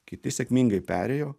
kiti sėkmingai perėjo